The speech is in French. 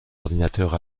ordinateurs